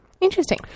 Interesting